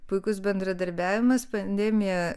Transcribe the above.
puikus bendradarbiavimas pandemija